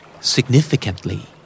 significantly